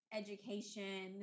education